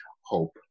hope